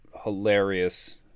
hilarious